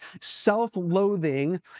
self-loathing